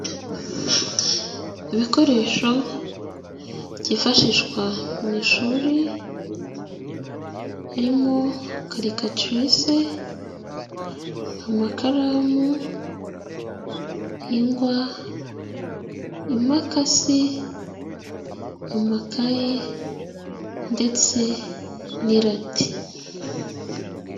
Ibikoresho byifashishwa mu ishuri harimo: karikatirise, amakaramu, ingwa, imakasi, amakayi ndetse n'irati.